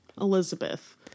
Elizabeth